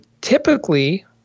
typically